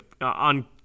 on